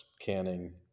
canning